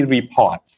Report